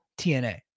TNA